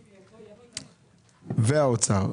והאוצר,